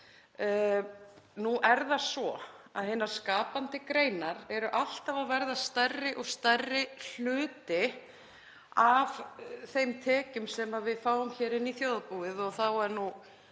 að leggja fram. Hinar skapandi greinar eru alltaf að verða stærri og stærri hluti af þeim tekjum sem við fáum inn í þjóðarbúið og er nú